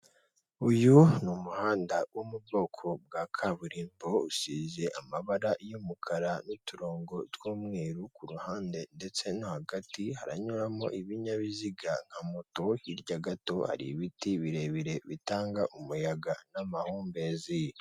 Uyu muhanda wo mu bwoko bwa kaburimbo usize amabara y'umukara n'uturongo tw'umweru kuruhande ndetse no hagati haranyuramo ibinyabiziga nka moto hirya gato hari ibiti birebire bitanga umuyaga n'amahumbezi.